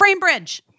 Framebridge